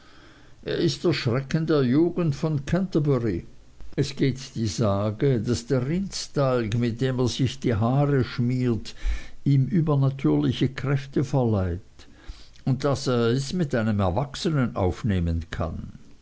er ist der schrecken der jugend von canterbury es geht die sage daß der rindstalg mit dem er sich die haare schmiert ihm übernatürliche kraft verleiht und daß er es mit einem erwachsenen aufnehmen kann